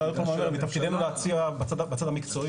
מתפקידנו להציע בצד המקצועי.